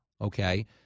okay